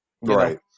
Right